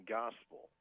gospel